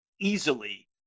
easily